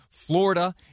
Florida